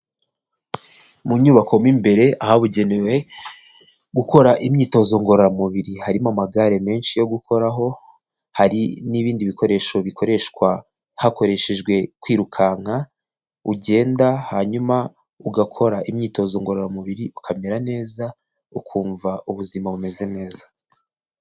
Mu nyubako mo imbere ahabugenewe gukora imyitozo ngororamubiri ,harimo amagare menshi yo gukoraho hari n'ibindi bikoresho bikoreshwa hakoreshejwe kwirukanka ugenda hanyuma ugakora imyitozo ngororamubiri ukamera neza ukumva ubuzima bumeze neza.